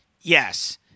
Yes